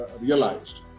realized